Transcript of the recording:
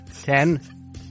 Ten